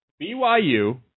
BYU